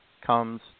Comes